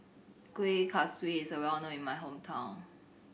Kueh Kaswi is a well known in my hometown